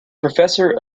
professor